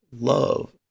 love